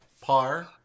par